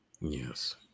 Yes